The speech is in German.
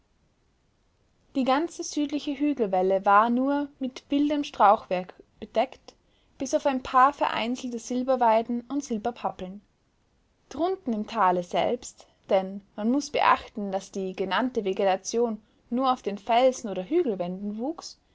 die ganze südliche hügelwelle war nur mit wildem strauchwerk bedeckt bis auf ein paar vereinzelte silberweiden und silberpappeln drunten im tale selbst denn man muß beachten daß die genannte vegetation nur auf den felsen oder hügelwänden wuchs